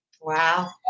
Wow